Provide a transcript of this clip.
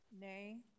Nay